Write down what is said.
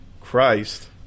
Christ